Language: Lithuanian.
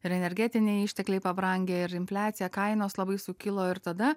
ir energetiniai ištekliai pabrangę ir infliaciją kainos labai sukilo ir tada